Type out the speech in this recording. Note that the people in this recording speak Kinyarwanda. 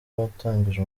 watangije